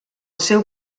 seu